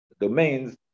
domains